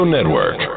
Network